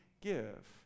give